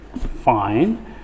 fine